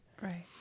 Right